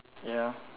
ya